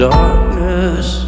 darkness